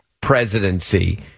presidency